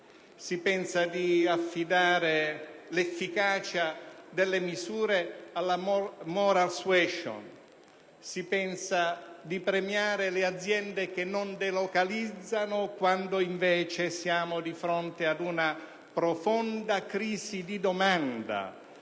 Si pensa di affidare l'efficacia delle misure alla *moral suasion*; si pensa di premiare le aziende che non delocalizzano, quando invece siamo di fronte ad una profonda crisi di domanda,